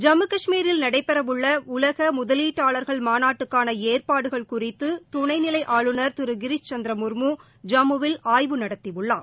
ஜம்மு கஷ்மீரில் நடைபெறவுள்ள உலக முதலீட்டாளா்கள் மாநாட்டுக்கான ஏற்பாடுகள் குறித்து துணைநிலை ஆளுநர் திரு கிரிஸ் சந்திர முர்மு ஜம்மு வில் ஆய்வு நடத்தியுள்ளார்